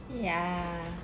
yeah